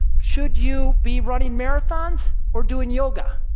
should you be running marathons or doing yoga?